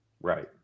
Right